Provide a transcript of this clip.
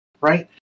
right